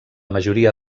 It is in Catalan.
majoria